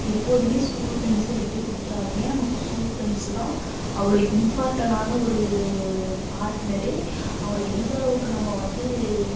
எப்போதுமே ஸ்கூல் ஃப்ரெண்ட்ஸை விட்டு கொடுத்துறாதீங்க நமக்கு ஸ்கூல் ஃப்ரெண்ட்ஸ் தான் அவ்வளோ இம்பார்ட்டனான ஒரு பார்ட்னர் அவளை எந்தளவுக்கு நம்ம வந்து